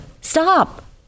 Stop